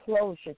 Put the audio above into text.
closure